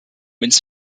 ins